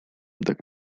tak